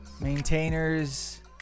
maintainers